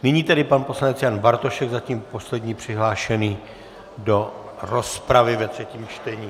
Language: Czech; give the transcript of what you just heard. Nyní tedy pan poslanec Jan Bartošek, zatím poslední přihlášený do rozpravy ve třetím čtení.